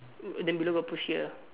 then below got push here